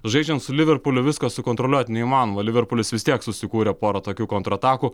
žaidžiant su liverpuliu viską sukontroliuoti neįmanoma liverpulis vis tiek susikūrė porą tokių kontratakų